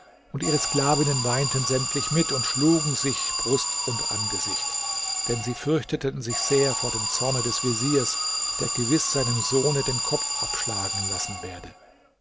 und ihre sklavinnen weinten sämtlich mit und zerschlugen sich brust und angesicht denn sie fürchteten sich sehr vor dem zorne des veziers der gewiß seinem sohne den kopf abschlagen lassen werde